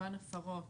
מגוון הפרות